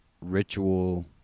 ritual